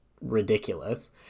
ridiculous